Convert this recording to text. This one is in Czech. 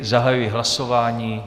Zahajuji hlasování.